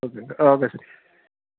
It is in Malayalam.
ഓക്കെ ഓകെ ആ ഓക്കെ ശരി